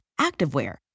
activewear